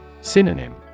Synonym